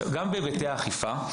בנוגע להיבטי האכיפה.